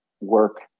work